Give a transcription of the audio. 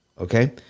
Okay